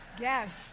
yes